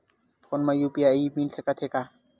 Phone मा UPI मिल सकत हे का?